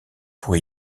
pour